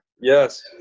Yes